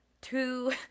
two